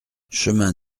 chemin